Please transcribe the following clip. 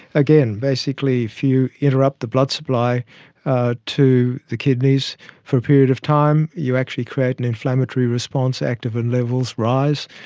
again, basically if you interrupt the blood supply to the kidneys for a period of time, you actually create an inflammatory response, activin levels rise,